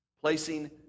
Placing